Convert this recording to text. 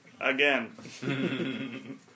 again